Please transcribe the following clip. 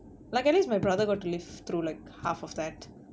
like at least my brother got to live through like half of that